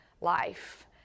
life